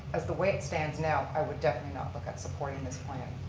as the way stands now, i would definitely not look at supporting this plan.